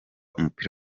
umupira